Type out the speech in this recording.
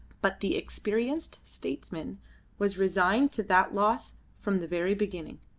but the experienced statesman was resigned to that loss from the very beginning.